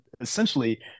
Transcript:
essentially